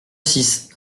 six